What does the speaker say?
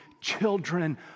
children